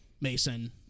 Mason